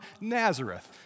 Nazareth